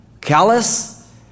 callous